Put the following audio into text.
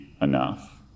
Enough